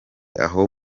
aho